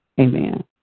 Amen